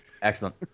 Excellent